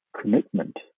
commitment